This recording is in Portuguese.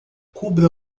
cubra